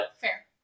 Fair